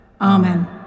Amen